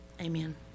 Amen